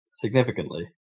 significantly